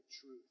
truth